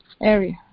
area